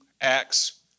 Acts